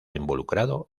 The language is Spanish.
involucrado